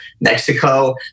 Mexico